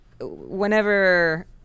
whenever